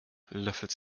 löffelt